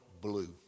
blue